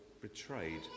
betrayed